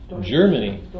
Germany